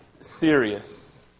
serious